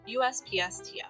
USPSTF